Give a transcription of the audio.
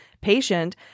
patient